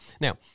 Now